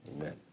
Amen